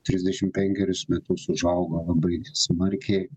trisdešimt penkerius metus užaugo labai smarkiai